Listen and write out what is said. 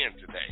today